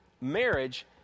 Marriage